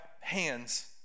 hands